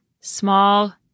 Small